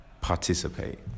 participate